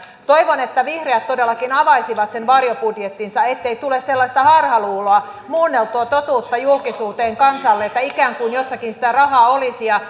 toivon että vihreät todellakin avaisivat sen varjobudjettinsa ettei tule sellaista harhaluuloa muunneltua totuutta julkisuuteen kansalle että ikään kuin jossakin sitä rahaa olisi ja